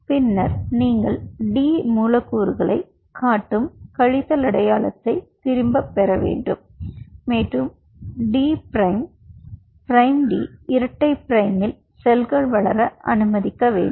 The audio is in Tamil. பின்னர் நீங்கள் டி மூலக்கூறுகளைக் காட்டும் கழித்தல் அடையாளத்தைத் திரும்பப் பெற வேண்டும் மற்றும் டி பிரைம் டி இரட்டை பிரைமில் செல்கள் வளர அனுமதிக்க வேண்டும்